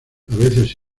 veces